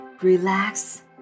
relax